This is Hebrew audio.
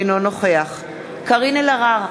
אינו נוכח קארין אלהרר,